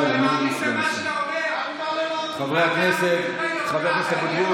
חבר הכנסת אבוטבול,